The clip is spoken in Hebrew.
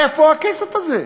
איפה הכסף הזה?